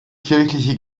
kirchliche